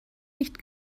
nicht